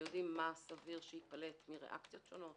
יודעים מה סביר שייפלט מריאקציות שונות,